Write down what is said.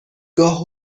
گاه